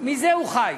מזה הוא חי.